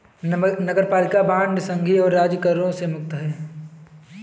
नगरपालिका बांड संघीय और राज्य करों से मुक्त हैं